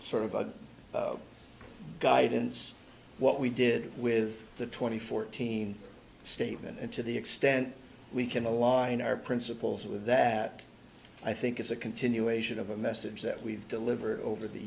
sort of a guidance what we did with the twenty fourteen statement and to the extent we can align our principles with that i think it's a continuation of a message that we've delivered over the